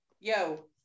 Yo